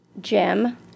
Jim